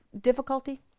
difficulty